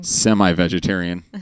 semi-vegetarian